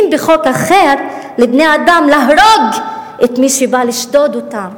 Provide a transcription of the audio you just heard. בחוק אחר לבני-אדם להרוג את מי שבא לשדוד אותם.